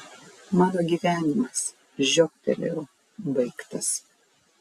mano gyvenimas žiobtelėjau baigtas